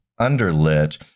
underlit